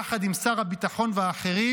יחד עם שר הביטחון והאחרים,